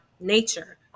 nature